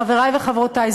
חברי וחברותי,